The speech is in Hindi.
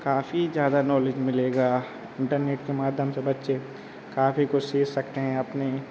काफी ज़्यादा नॉलेज मिलेगी इंटरनेट के माध्यम से बच्चे काफी कुछ सीख सकते हैं अपना